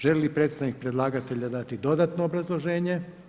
Želi li predstavnik predlagatelja dati dodatno obrazloženje?